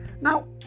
Now